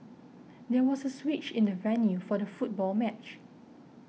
there was a switch in the venue for the football match